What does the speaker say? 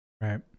Right